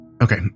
Okay